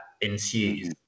ensues